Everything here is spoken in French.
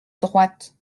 droite